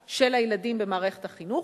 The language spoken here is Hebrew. של הילדים במערכת החינוך,